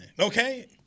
okay